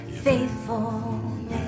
faithfulness